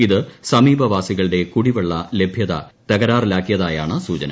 ഇത് സമീപവാസികളുടെ കുടിവെള്ള ലഭൃത തൂകരാറിലാക്കിയതായാണ് സൂചന